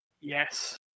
Yes